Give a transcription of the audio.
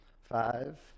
Five